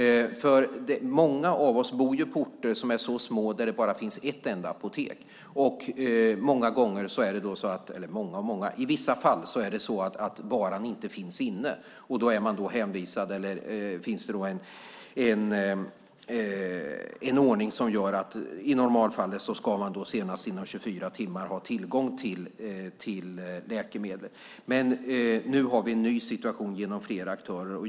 Många av oss bor på orter som är så små att det bara finns ett enda apotek. I vissa fall finns varan inte inne. Då ska man senast inom 24 timmar ha tillgång till läkemedlet. Vi har nu en ny situation med flera aktörer.